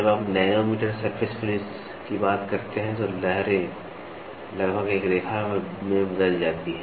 जब आप nanometre surface finish की बात करते हैं तो लहरें लगभग एक रेखा में बदल जाती हैं